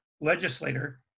legislator